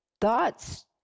thoughts